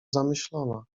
zamyślona